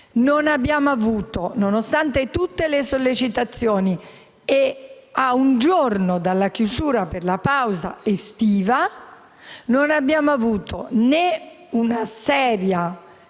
nonostante tutte le sollecitazioni e a un giorno dalla chiusura per la pausa estiva, non abbiamo avuto né una seria